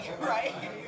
Right